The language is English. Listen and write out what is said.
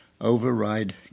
override